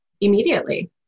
immediately